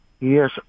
Yes